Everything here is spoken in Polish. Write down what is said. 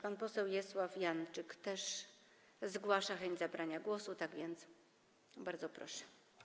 Pan poseł Wiesław Janczyk zgłasza chęć zabrania głosu, tak więc bardzo proszę.